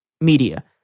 media